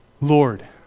Lord